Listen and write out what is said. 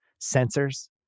sensors